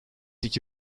iki